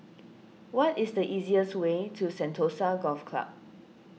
what is the easiest way to Sentosa Golf Club